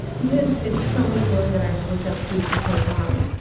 because it's so many women that i've looked up to for so long.